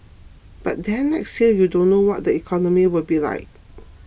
but then next year you don't know what the economy will be like